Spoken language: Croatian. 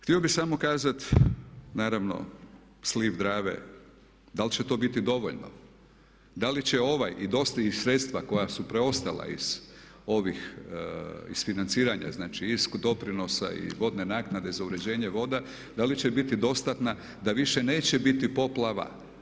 Htio bih samo kazati naravno sliv Drave da li će to biti dovoljno, da li će ovaj i dosta iz sredstva koja su preostala iz ovih, iz financiranja znači, iz doprinosa i vodne naknade za uređenje voda, da li će biti dostatna da više neće biti poplava.